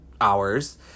hours